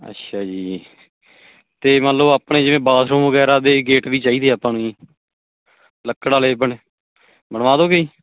ਅੱਛਾ ਜੀ ਅਤੇ ਮੰਨ ਲਓ ਆਪਣੇ ਜਿਵੇਂ ਬਾਥਰੂਮ ਵਗੈਰਾ ਦੇ ਗੇਟ ਵੀ ਚਾਹੀਦੇ ਆਪਾਂ ਨੂੰ ਜੀ ਲੱਕੜ ਵਾਲੇ ਬਣੇ ਬਣਵਾ ਦੋਂਗੇ ਜੀ